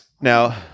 Now